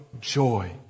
joy